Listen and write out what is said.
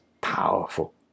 powerful